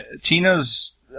tina's